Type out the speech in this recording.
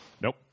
nope